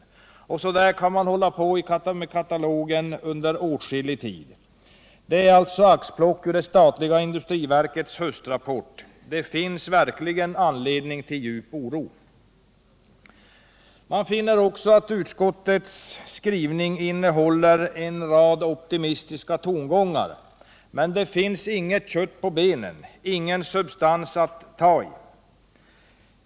Så där kan man hålla på i katalogen under åtskillig tid. Det är alltså axplock ur det statliga industriverkets höstrapport. Det finns verkligen anledning till djup oro. Man finner också att utskottets skrivning innehåller en rad optimistiska tongångar, men det finns inget kött på benen, ingen substans att ta i.